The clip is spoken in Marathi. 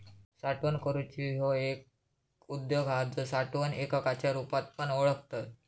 साठवण करूची ह्यो एक उद्योग हा जो साठवण एककाच्या रुपात पण ओळखतत